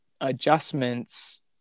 adjustments